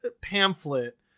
pamphlet